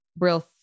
real